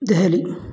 Delhi